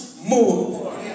more